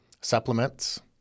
supplements